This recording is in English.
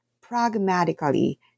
pragmatically